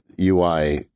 UI